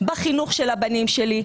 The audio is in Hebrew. בחינוך של הבנים שלי.